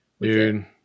Dude